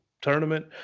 tournament